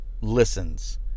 listens